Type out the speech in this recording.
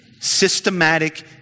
Systematic